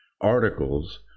articles